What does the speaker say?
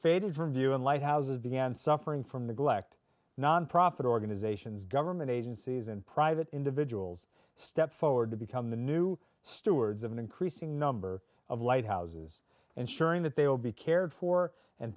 faded from view and lighthouses began suffering from neglect nonprofit organizations government agencies and private individuals step forward to become the new stewards of an increasing number of lighthouses ensuring that they will be cared for and